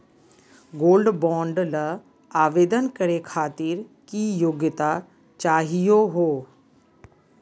Gold bond ल आवेदन करे खातीर की योग्यता चाहियो हो?